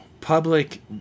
Public